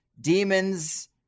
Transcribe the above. demons